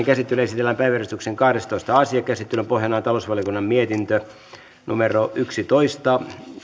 käsittelyyn esitellään päiväjärjestyksen kahdestoista asia käsittelyn pohjana on talousvaliokunnan mietintö yksitoista